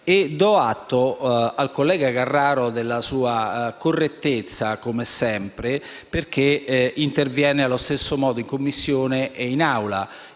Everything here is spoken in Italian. atto al collega Carraro della sua correttezza, come sempre, perché interviene allo stesso modo in Commissione e in